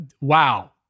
wow